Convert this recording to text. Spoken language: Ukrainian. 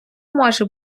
може